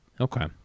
Okay